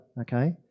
okay